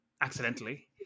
accidentally